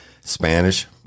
Spanish